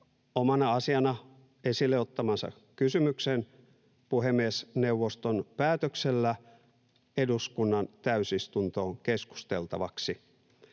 omana asiana esille ottamansa kysymyksen puhemiesneuvoston päätöksellä eduskunnan täysistuntoon keskusteltavaksi.